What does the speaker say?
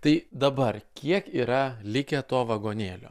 tai dabar kiek yra likę to vagonėlio